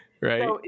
right